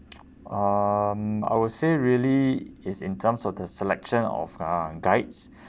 um I would say really is in terms of the selection of uh guides